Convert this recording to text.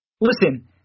Listen